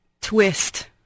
twist